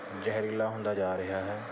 ਜ਼ਹਿਰੀਲਾ ਹੁੰਦਾ ਜਾ ਰਿਹਾ ਹੈ